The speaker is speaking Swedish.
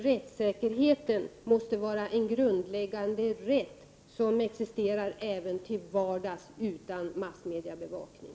Rättssäkerheten måste dock vara en grundläggande rätt som existerar även till vardags, utan massmediebevakning.